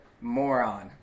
moron